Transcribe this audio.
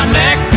neck